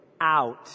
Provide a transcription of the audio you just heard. Out